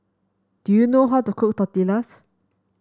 do you know how to cook Tortillas